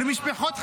למשפחות חטופים.